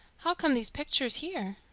how come these pictures here?